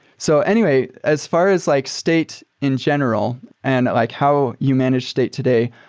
so anyway, as far as like state in general and like how you manage state today,